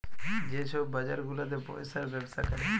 যে ছব বাজার গুলাতে পইসার ব্যবসা ক্যরে